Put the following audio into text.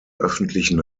öffentlichen